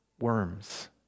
worms